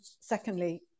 Secondly